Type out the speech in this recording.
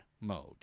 mode